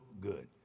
good